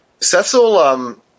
Cecil